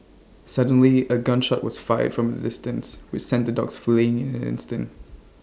suddenly A gun shot was fired from A distance which sent the dogs fleeing in an instant